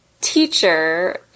teacher